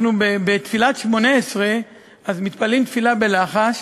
אנחנו בתפילת שמונה-עשרה מתפללים תפילה בלחש,